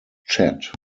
chet